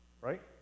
right